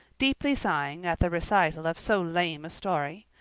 deeply sighing at the recital of so lame a story.